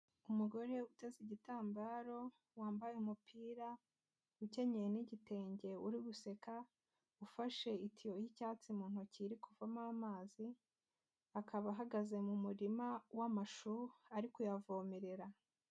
Umugore uteze igitambaro wambaye umupira, ukenye n'igitenge uri guseka ufashe itiyo y'icyatsi mu ntoki iri kuvamo amazi, akaba ahagaze mu murima w'amashu ari kuyavomerera.